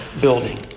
building